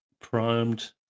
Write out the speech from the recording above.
primed